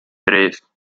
tres